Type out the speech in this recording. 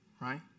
Right